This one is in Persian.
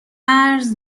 مزر